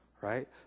right